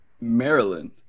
maryland